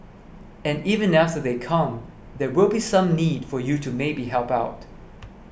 and even after they come there will be some need for you to maybe help out